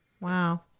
Wow